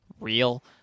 real